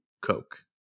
Coke